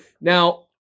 now